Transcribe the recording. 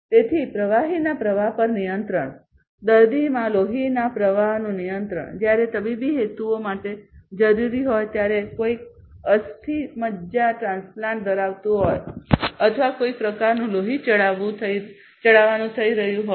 તેથી પ્રવાહીના પ્રવાહ પર નિયંત્રણ દર્દીમાં લોહીના પ્રવાહનું નિયંત્રણ જ્યારે તબીબી હેતુઓ માટે જરૂરી હોય ત્યારે કોઈક અસ્થિ મજ્જા ટ્રાન્સપ્લાન્ટ ધરાવતું હોય અથવા કોઈક પ્રકારનું લોહી ચડાવવું થઈ રહ્યું હોય